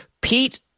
Pete